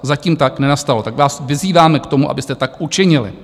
Zatím tak nenastalo, tak vás vyzýváme k tomu, abyste tak učinili.